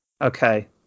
Okay